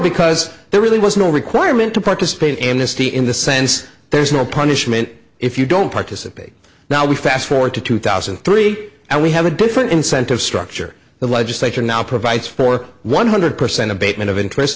because there really was no requirement to participate in this tea in the sense there's no punishment if you don't participate now we fast forward to two thousand and three and we have a different incentive structure the legislature now provides for one hundred percent abatement of interest